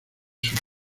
sus